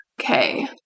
Okay